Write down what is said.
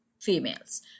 females